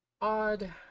Odd